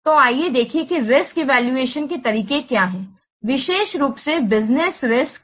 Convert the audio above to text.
तो आइए देखें कि रिस्क इवैल्यूएशन के तरीके क्या हैं विशेष रूप से बिज़नेस रिस्क्स